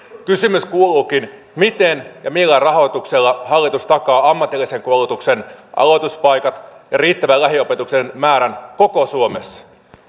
kysymys kuuluukin miten ja millä rahoituksella hallitus takaa ammatillisen koulutuksen aloituspaikat ja riittävän lähiopetuksen määrän koko suomessa